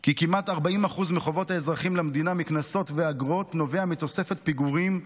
כי כמעט 40% מחובות האזרחים למדינה מקנסות ואגרות נובע מתוספת פיגורים,